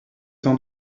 sans